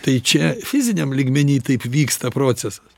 tai čia fiziniam lygmeny taip vyksta procesas